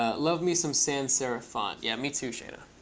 ah love me some sans serif font. yeah. me, too, shayna.